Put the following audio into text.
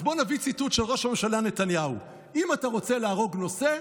אז בואו נביא ציטוט של ראש הממשלה נתניהו: אם אתה רוצה להרוג נושא,